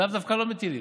עליו דווקא לא מטילים.